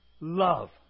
Love